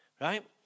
Right